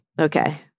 Okay